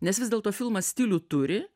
nes vis dėlto filmas stilių turi